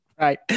Right